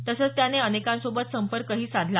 तसंच त्याने अनेकांसोबत संपर्कही साधला